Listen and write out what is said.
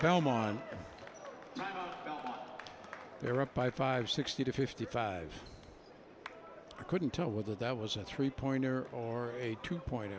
belmont not they're up by five sixty to fifty five i couldn't tell whether that was a three pointer or a two point